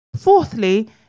Fourthly